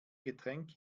getränk